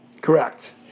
Correct